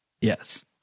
Yes